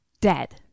dead